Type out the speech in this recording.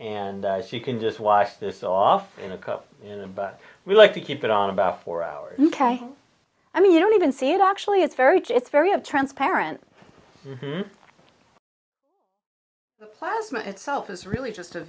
and she can just watch this off in a cup but we like to keep it on about four hours ok i mean you don't even see it actually it's very it's very a transparent plasma itself is really just a